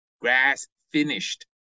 grass-finished